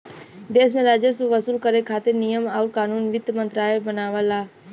देश में राजस्व वसूल करे खातिर नियम आउर कानून वित्त मंत्रालय बनावला